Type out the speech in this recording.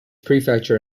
prefecture